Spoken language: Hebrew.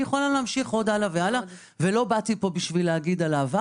אני יכולה להמשיך אבל לא באתי להגיד על העבר.